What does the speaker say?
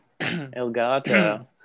Elgato